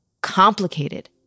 complicated